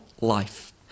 life